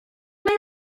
may